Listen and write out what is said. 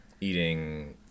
eating